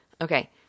Okay